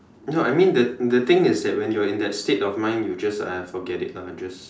no I mean the the thing is that when you're in that state of mind you just !aiya! forget it lah just